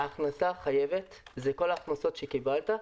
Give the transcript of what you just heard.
"הכנסה חייבת" זה כל ההכנסות שקיבלת,